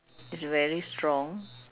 it's very strong